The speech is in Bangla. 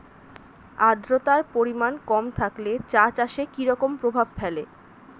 আদ্রতার পরিমাণ কম থাকলে চা চাষে কি রকম প্রভাব ফেলে?